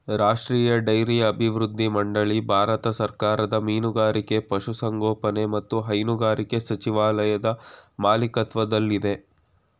ರಾಷ್ಟ್ರೀಯ ಡೈರಿ ಅಭಿವೃದ್ಧಿ ಮಂಡಳಿ ಭಾರತ ಸರ್ಕಾರದ ಮೀನುಗಾರಿಕೆ ಪಶುಸಂಗೋಪನೆ ಮತ್ತು ಹೈನುಗಾರಿಕೆ ಸಚಿವಾಲಯದ ಮಾಲಿಕತ್ವದಲ್ಲಯ್ತೆ